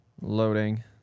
Loading